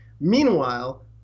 Meanwhile